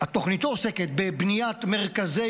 תוכניתו עוסקת בבניית מרכזי